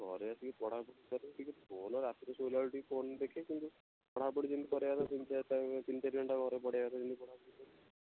ଘରେ ଆସିକି ପଢ଼ା ପଢ଼ି କରେ ଟିକେ ଫୋନ ରାତିରେ ଶୋଇଲାବେଳେ ଟିକେ ଫୋନ ଦେଖେ କିନ୍ତୁ ପଢ଼ା ପଢ଼ି ଯେମିତି କରିବା କଥା ସେମିତିଆ ଦିନକୁ ତିନି ଚାରି ଘଣ୍ଟା ଘରେ ପଢ଼ିବା କଥା ସେମିତି ପଢ଼ା ପଢ଼ି କରୁଛି